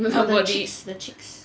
the cheeks the cheeks